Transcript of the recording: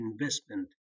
investment